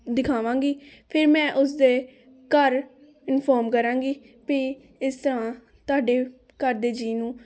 ਦਿਖਾਵਾਂਗੀ ਫਿਰ ਮੈਂ ਉਸਦੇ ਘਰ ਇਨਫੋਰਮ ਕਰਾਂਗੀ ਵੀ ਇਸ ਤਰ੍ਹਾਂ ਤੁਹਾਡੇ ਘਰ ਦੇ ਜੀ ਨੂੰ